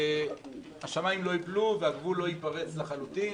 השמיים לא ייפלו, והגבול לא ייפרץ לחלוטין.